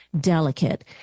delicate